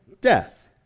Death